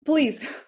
Please